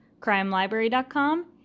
crimelibrary.com